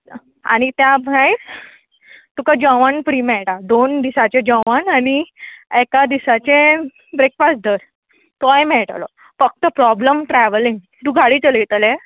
आनी त्या भायर तुका जेवण फ्री मेळटा दोन दिसाचें जेवण आनी एका दिसाचें ब्रॅकफास्ट धर तोय मेळटलो फक्त प्रॉब्लम ट्रॅवलींग तूं गाडी चलयतलें